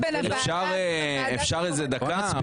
אופיר, אפשר דקה?